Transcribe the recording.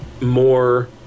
more